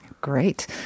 Great